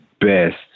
best